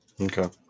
Okay